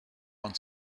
want